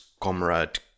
Comrade